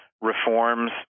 reforms